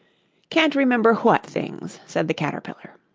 can't remember what things said the caterpillar.